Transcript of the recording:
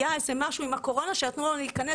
היה איזה משהו עם הקורונה עם הקורונה שנתנו לנו להיכנס.